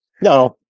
No